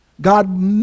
God